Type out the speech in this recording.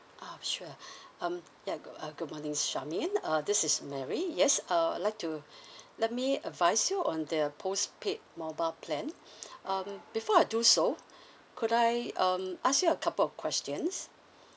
oh sure um ya g~ uh good morning charmaine uh this is mary yes uh I'd like to let me advise you on the post paid mobile plan um before I do so could I um ask you a couple questions